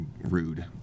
rude